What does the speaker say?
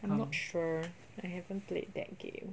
I'm not sure I haven't played that game